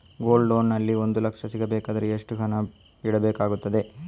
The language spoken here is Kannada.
ಗೋಲ್ಡ್ ಲೋನ್ ನಲ್ಲಿ ಒಂದು ಲಕ್ಷ ಸಿಗಬೇಕಾದರೆ ಎಷ್ಟು ಪೌನು ಇಡಬೇಕಾಗುತ್ತದೆ?